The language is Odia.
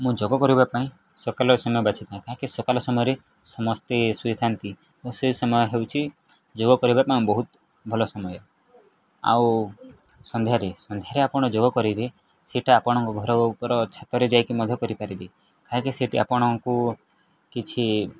ମୁଁ ଯୋଗ କରିବା ପାଇଁ ସକାଳ ସମୟ ବାଛିଥାଏ କାହିଁକି ସକାଳ ସମୟରେ ସମସ୍ତେ ଶୋଇଥାନ୍ତି ଓ ସେଇ ସମୟ ହେଉଛି ଯୋଗ କରିବା ପାଇଁ ବହୁତ ଭଲ ସମୟ ଆଉ ସନ୍ଧ୍ୟାରେ ସନ୍ଧ୍ୟାରେ ଆପଣ ଯୋଗ କରିବେ ସେଇଟା ଆପଣଙ୍କ ଘର ଉପର ଛାତରେ ଯାଇକି ମଧ୍ୟ କରିପାରିବେ କାହିଁକି ସେଠି ଆପଣଙ୍କୁ କିଛି